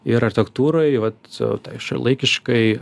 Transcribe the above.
ir architektūrai vat jau tai šiuolaikiškai